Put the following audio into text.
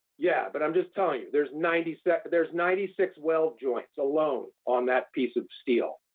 yeah, but i'm just telling you there's ninety seven, there's ninety six weld joints alone on that piece of steel.